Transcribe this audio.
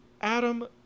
adam